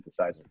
synthesizer